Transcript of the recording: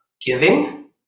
giving